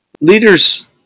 leaders